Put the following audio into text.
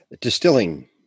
distilling